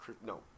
no